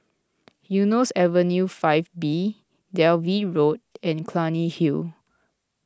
Eunos Avenue five B Dalvey Road and Clunny Hill